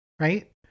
right